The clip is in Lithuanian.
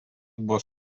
bus